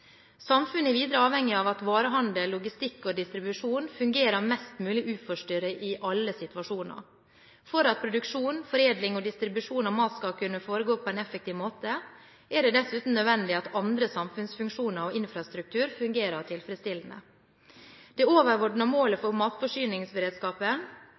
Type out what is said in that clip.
Samfunnet er videre avhengig av at varehandel, logistikk og distribusjon fungerer mest mulig uforstyrret i alle situasjoner. For at produksjon, foredling og distribusjon av mat skal kunne foregå på en effektiv måte, er det dessuten nødvendig at andre samfunnsfunksjoner og infrastruktur fungerer tilfredsstillende. Det overordnede målet